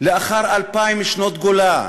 לאחר אלפיים שנות גולה,